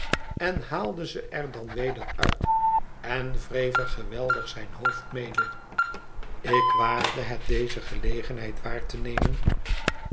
en haalde ze er dan weder uit en wreef er geweldig zijn hoofd mede ik waagde het deze gelegenheid waar te nevroeg